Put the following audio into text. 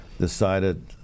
decided